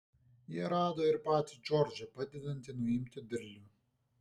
jie rado ir patį džordžą padedantį nuimti derlių